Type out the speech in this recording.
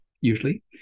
Usually